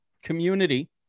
community